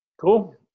Cool